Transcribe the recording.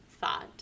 thought